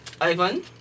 Ivan